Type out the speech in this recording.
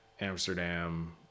Amsterdam